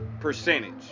percentage